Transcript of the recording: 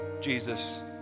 Jesus